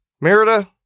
Merida